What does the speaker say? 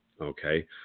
okay